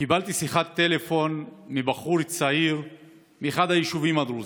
קיבלתי שיחת טלפון מבחור צעיר מאחד היישובים הדרוזיים.